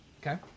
Okay